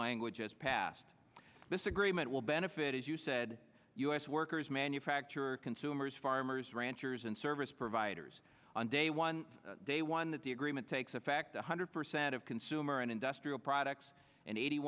language as passed this agreement will benefit as you said u s workers manufacturer consumers farmers ranchers and service providers on day one day one that the agreement takes effect one hundred percent of consumer and industrial products and eighty